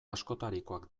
askotarikoak